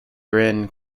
bryn